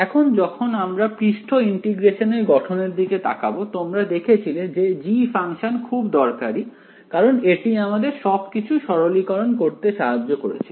এখন যখন আমরা পৃষ্ঠ ইন্টিগ্রেশন গঠনের দিকে তাকাবো তোমরা দেখেছিলে যে g ফাংশন খুব দরকারী কারণ এটি আমাদের সবকিছু সরলীকরণ করতে সাহায্য করেছিল